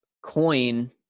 coin